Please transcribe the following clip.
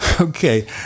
Okay